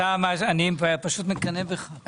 ולדימיר, אני פשוט מקנא בך.